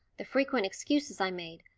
the frequent excuses i made,